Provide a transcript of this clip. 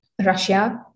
Russia